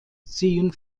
ziehen